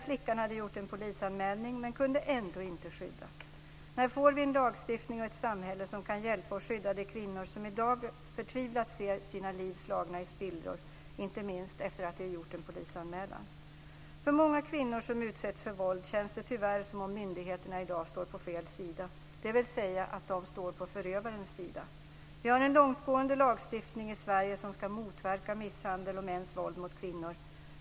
Flickan hade gjort en polisanmälan men kunde ändå inte skyddas. När får vi en lagstiftning och ett samhälle som kan hjälpa och skydda de kvinnor som i dag förtvivlat ser sina liv slagna i spillror, inte minst efter det att de har gjort en polisanmälan? För många kvinnor som utsätts för våld känns det tyvärr som om myndigheterna i dag står på fel sida, dvs. att de står på förövarens sida. Vi har en långtgående lagstiftning i Sverige som ska motverka misshandel och mäns våld mot kvinnor.